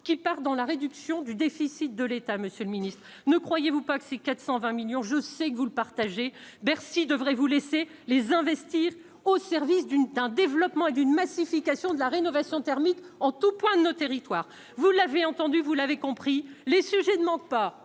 qui part dans la réduction du déficit de l'État, Monsieur le Ministre, ne croyez-vous pas que ces 420 millions je sais que vous le partagez Bercy devrait vous laisser les investir au service d'une d'un développement et d'une massification de la rénovation thermique en tous points de nos territoires, vous l'avez entendu, vous l'avez compris les sujets ne manquent pas,